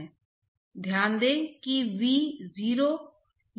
तो हम कहें कि क्या यह मेरा सकारात्मक शब्द है और dP by dx होना चाहिए